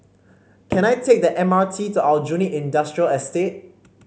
can I take the M R T to Aljunied Industrial Estate